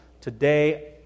today